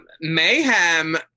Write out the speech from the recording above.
Mayhem